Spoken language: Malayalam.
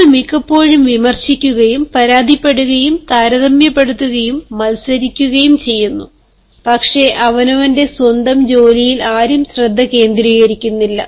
നമ്മൾ മിക്കപ്പോഴും വിമർശിക്കുകയും പരാതിപ്പെടുകയും താരതമ്യപ്പെടുത്തുകയും മത്സരിക്കുകയും ചെയ്യുന്നു പക്ഷേ അവനവന്റെ സ്വന്തം ജോലിയിൽ ആരും ശ്രദ്ധ കേന്ദ്രീകരിക്കുന്നില്ല